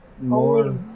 more